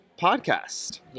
podcast